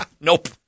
Nope